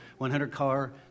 100-car